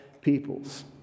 peoples